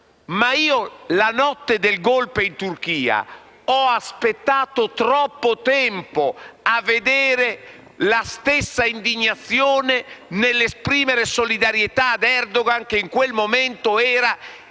ma la notte del *golpe* in Turchia ho aspettato troppo tempo per vedere la stessa indignazione nell'esprimere solidarietà a Erdogan, che in quel momento era il